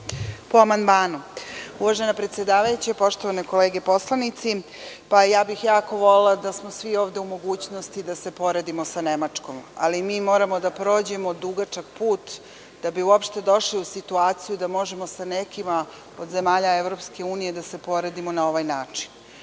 Po amandmanu. Uvažena predsedavajuća, poštovane kolege poslanici, jako bih volela da smo svi ovde u mogućnosti da se poredimo sa Nemačkom, ali mi moramo da prođemo dugačak put da bi uopšte došli u situaciju da možemo sa nekim od zemalja EU da se poredimo na ovaj način. Prema